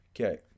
Okay